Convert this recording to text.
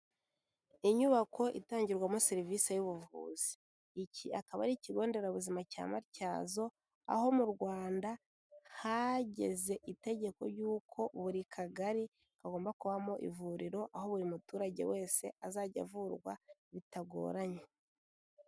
Inyubako itangirwamo serivisi y'ubuvuzi, iki akaba ari ikigo nderabuzima cya Matyazo, aho mu Rwanda hageze itegeko ry'uko buri kagari kagomba kubamo ivuriro, aho buri muturage wese azajya avurwa bitagoranye.